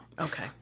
Okay